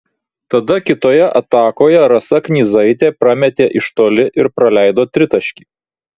tada kitoje atakoje rasa knyzaitė prametė iš toli ir praleido tritaškį